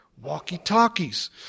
walkie-talkies